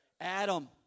Adam